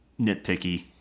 nitpicky